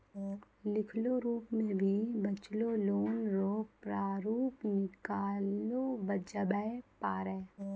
लिखलो रूप मे भी बचलो लोन रो प्रारूप निकाललो जाबै पारै